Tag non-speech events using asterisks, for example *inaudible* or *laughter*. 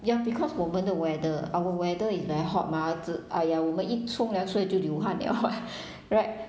ya because 我们的 weather our weather is very hot mah 只 !aiya! 我们一冲凉所以就流汗 liao *laughs* right